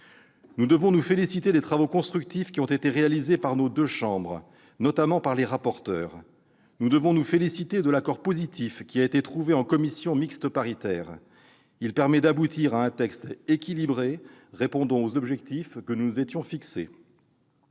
Nous devons nous féliciter des travaux constructifs qui ont été réalisés par nos deux chambres, notamment par les rapporteurs, et de l'accord positif qui a été trouvé en commission mixte paritaire. Il permet d'aboutir à un texte équilibré répondant aux objectifs que nous nous étions fixés.